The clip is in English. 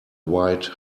wide